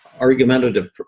argumentative